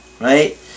right